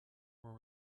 were